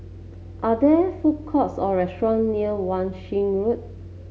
are there food courts or restaurants near Wan Shih Road